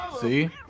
See